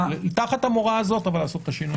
אבל תחת המורא הזה לעשות את השינוי.